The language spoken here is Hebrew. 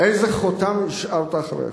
איזה חותם השארת אחריך?